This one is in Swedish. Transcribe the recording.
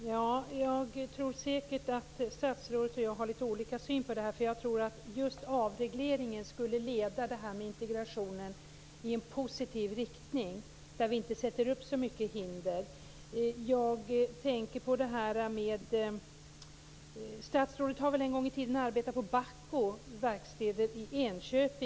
Fru talman! Jag tror säkert att statsrådet och jag har litet olika syn på frågan. Jag tror att just avreglering skulle leda integrationen i en positiv riktning. Vi skall inte sätta upp så många hinder. Statsrådet har väl en gång i tiden arbetat på Bahco verkstäder i Enköping.